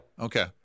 Okay